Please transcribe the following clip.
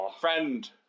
Friend